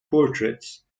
portraits